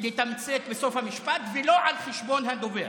לתמצת בסוף המשפט, ולא על חשבון הדובר.